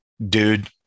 Dude